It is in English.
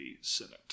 senate